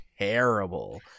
terrible